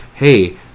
hey